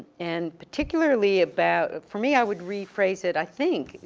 and particularly about, for me, i would rephrase it. i think,